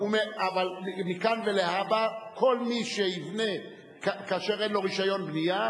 אבל מכאן ולהבא כל מי שיבנה כאשר אין לו רשיון בנייה,